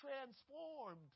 transformed